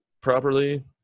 properly